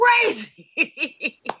crazy